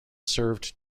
served